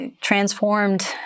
transformed